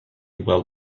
well